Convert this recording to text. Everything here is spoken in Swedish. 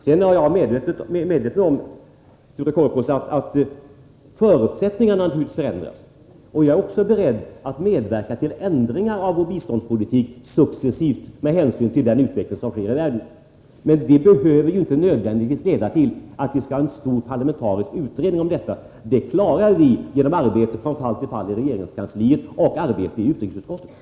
Jag är naturligtvis, Sture Korpås, medveten om att förutsättningarna förändras, och jag är också beredd att medverka till ändringar av vår biståndspolitik successivt med hänsyn till den utveckling som sker i världen. Men det behöver inte nödvändigtvis leda till att vi skall ha en stor parlamentarisk utredning om detta. Vi klarar det genom arbete från fall till fall i regeringskansliet och i utrikesutskottet.